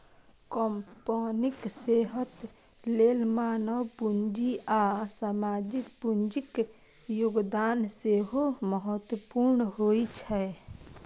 कंपनीक सेहत लेल मानव पूंजी आ सामाजिक पूंजीक योगदान सेहो महत्वपूर्ण होइ छै